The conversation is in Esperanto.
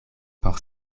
por